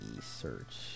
Search